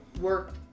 work